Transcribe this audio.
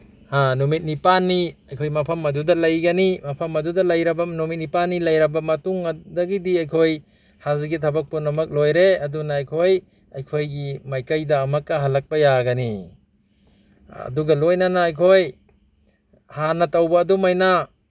ꯅꯨꯃꯤꯠ ꯅꯤꯄꯥꯟꯅꯤ ꯑꯩꯈꯣꯏ ꯃꯐꯝ ꯑꯗꯨꯗ ꯂꯩꯒꯅꯤ ꯃꯐꯝ ꯑꯗꯨꯗ ꯂꯩꯔꯕ ꯅꯨꯃꯤꯠ ꯅꯤꯄꯥꯟꯅꯤ ꯂꯩꯔꯕ ꯃꯇꯨꯡ ꯑꯗꯨꯗꯒꯤꯗꯤ ꯑꯩꯈꯣꯏ ꯍꯁꯒꯤ ꯊꯕꯛ ꯄꯨꯝꯅꯛ ꯂꯣꯏꯔꯦ ꯑꯗꯨꯅ ꯑꯩꯈꯣꯏ ꯑꯩꯈꯣꯏꯒꯤ ꯃꯥꯏꯀꯩꯗ ꯑꯃꯛꯀ ꯍꯜꯂꯛꯄ ꯌꯥꯔꯒꯅꯤ ꯑꯗꯨꯒ ꯂꯣꯏꯅꯅ ꯑꯩꯈꯣꯏ ꯍꯥꯟꯅ ꯇꯧꯕ ꯑꯗꯨꯃꯥꯏꯅ